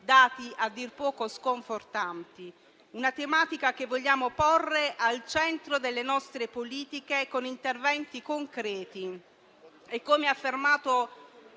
dati a dir poco sconfortanti. È una tematica che vogliamo porre al centro delle nostre politiche, con interventi concreti. Come ha affermato